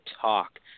talk